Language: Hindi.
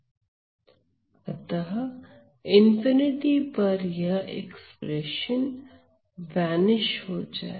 अतः ∞ पर यह एक्सप्रेशन वेनिश हो जाएगा